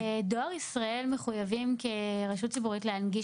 דואר ישראל מחויבים כרשות ציבורית להנגיש